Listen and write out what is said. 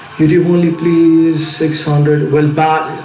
you do only please six hundred well bad. ah,